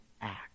act